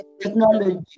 Technology